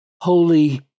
Holy